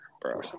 bro